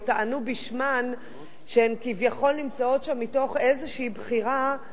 או טענו בשמן שהן כביכול נמצאות שם מתוך איזושהי בחירה,